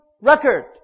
record